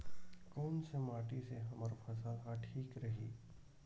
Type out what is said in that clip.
कोन से माटी से हमर फसल ह ठीक रही?